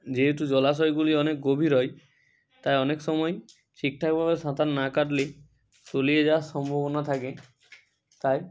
যেহেতু জলাশয়গুলি অনেক গভীর হয় তাই অনেক সময় ঠিকঠাকভাবে সাঁতার না কাটলে তলিয়ে যাওয়ার সম্ভাবনা থাকে তাই